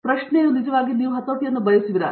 ಆದ್ದರಿಂದ ಪ್ರಶ್ನೆಯು ನೀವು ಹತೋಟಿಗೆ ಬಯಸುವಿರಾ